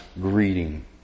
greeting